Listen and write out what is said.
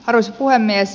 arvoisa puhemies